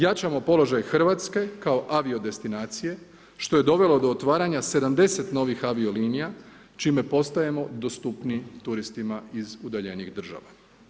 Jačamo položaj Hrvatske kao avio destinacije što je dovelo do otvaranja 70 novih avio linija čime postajemo dostupniji turistima iz udaljenijih država.